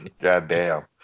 Goddamn